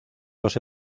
los